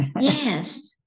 Yes